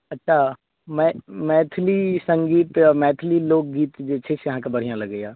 एतय मै मैथिली सङ्गीत आ मैथिली लोकगीत जे छै से अहाँकेँ बढ़िआँ लगैए